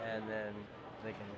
and then they can